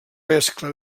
mescla